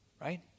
Right